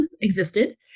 existed